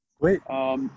Wait